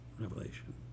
revelation